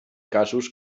casos